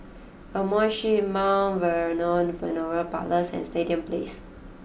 Amoy Street Mount Vernon Funeral Parlours and Stadium Place